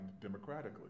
democratically